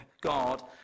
God